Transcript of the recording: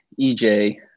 EJ